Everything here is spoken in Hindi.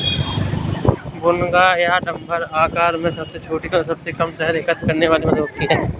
भुनगा या डम्भर आकार में सबसे छोटी और सबसे कम शहद एकत्र करने वाली मधुमक्खी है